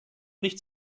nicht